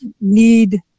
need